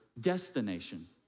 destination